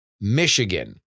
Michigan